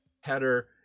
header